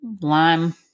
Lime